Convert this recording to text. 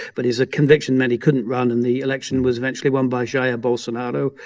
but his conviction meant he couldn't run. and the election was eventually won by jair bolsonaro,